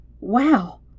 wow